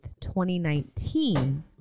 2019